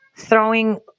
throwing